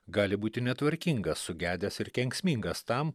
gali būti netvarkingas sugedęs ir kenksmingas tam